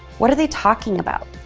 what do they talking about?